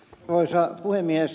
arvoisa puhemies